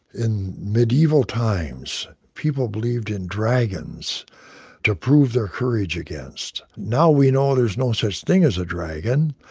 in medieval times, people believed in dragons to prove their courage against. now we know there's no such thing as a dragon,